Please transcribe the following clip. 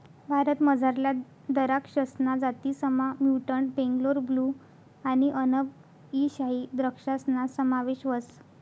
भारतमझारल्या दराक्षसना जातीसमा म्युटंट बेंगलोर ब्लू आणि अनब ई शाही द्रक्षासना समावेश व्हस